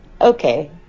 Okay